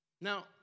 Now